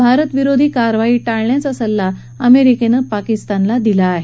भारतविरोधी कारवाई टाळण्याचा सल्ला अमेरिकेनं पाकिस्तानला दिला आहे